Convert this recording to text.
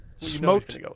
Smoked